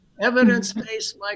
evidence-based